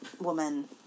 woman